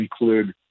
include